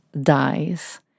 dies